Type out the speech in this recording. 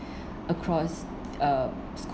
across uh school